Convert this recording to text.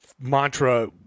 mantra –